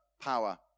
power